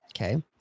okay